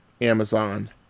Amazon